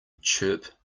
chirp